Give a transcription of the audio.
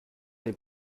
les